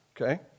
okay